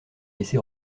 laissé